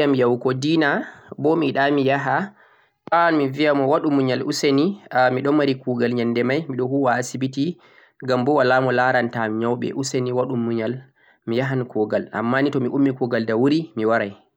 To goɗɗo balli yam yahugo dinner, bo mi yiɗa mi yaha, mi waawan mi biya mo waɗu muyal useni a miɗo mari kuugal nyannde may, mi ɗo huwa ha asibiti, ngam bo walaa mo laaranta am nyawuɓe, useni waɗu muyal, mi yahan kuugal, ammaaa ni to mi ummi kuugal da wuri mi waray.